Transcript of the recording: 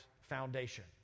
foundation